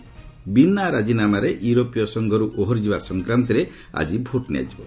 ବିନା ରାଜିନାମାରେ ୟୁରୋପୀୟ ସଂଘରୁ ଓହରିଯିବା ସଂକ୍ରାନ୍ତରେ ଆଜି ଭୋଟ୍ ନିଆଯିବ